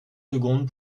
secondes